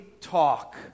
talk